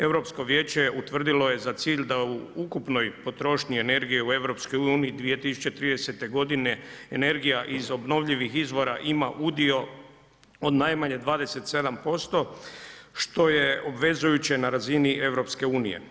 Europsko vijeće utvrdilo je za cilj da u ukupnoj potrošnji energije u EU 2030. godine energija iz obnovljivih izvora ima udio od najmanje 27% što je obvezujuće na razini EU.